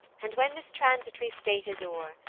and when this transitory state is o'er,